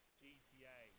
gta